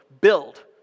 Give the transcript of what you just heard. build